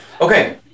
Okay